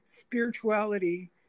Spirituality